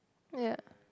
ya